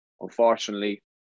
unfortunately